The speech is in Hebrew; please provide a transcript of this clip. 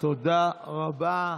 תודה רבה.